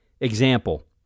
Example